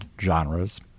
genres